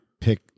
Pick